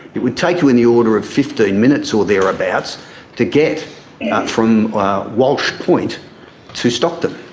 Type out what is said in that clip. it would take you in the order of fifteen minutes or thereabouts to get from walsh point to stockton?